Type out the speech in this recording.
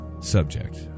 subject